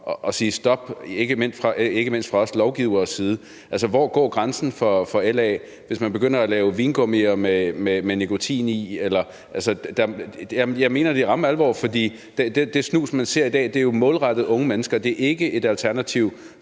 at sige stop, ikke mindst fra os lovgiveres side. Hvor går grænsen for LA, hvis man begynder at lave vingummier med nikotin i? Jeg mener det i ramme alvor, for det snus, man ser i dag, er jo målrettet unge mennesker, og det er ikke et alternativ